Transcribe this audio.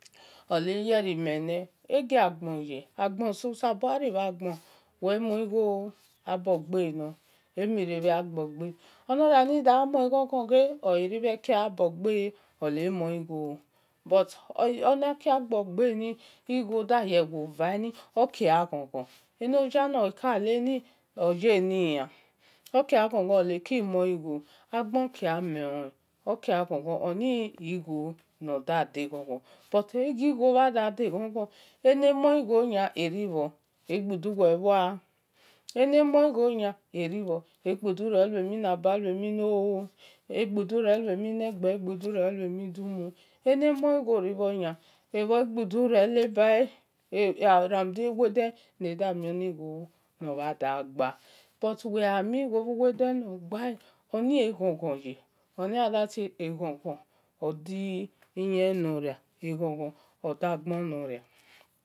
Oleyebhe mele egia gboye ebho so saye gharibha gbona wel mue gbo abogbe nor emirebhe abogbe enoria ni da mue gho-gho gbe o leribhe ke abo gbe omue gbo but ono khi abo-gbeni igho gha ki-ye-va oki gha ghon ghon onoya nole ki leni oda yere agbo ki gbo mhone oki gha ghon-ghon eni egho da de ghon-ghon but egi igho dar de gbon-ghon eni mue gho ya eribho egbudu rie nor ria enemue-igho nia ribhor egbudu roi lue mhi na daghe egbu dure lure mhi negbe egbudu ro lue mhi ni dumu ene mho gho ribho nia ebhe gbodu roi leba ramu de uwode ne da muo ni gho nor bha da gbar but wel gha mi-gho bhu wode nogba eni egbo-gho-ye ani ada tie eghon gho odi-iyen noria eghon-ghon oda gbon nor-ria